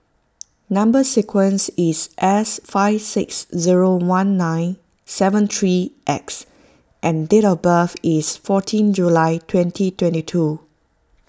Number Sequence is S five six zero one nine seven three X and date of birth is fourteen July twenty twenty two